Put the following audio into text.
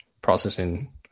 processing